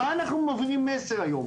איזה מסר אנחנו מעבירים היום?